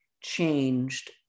changed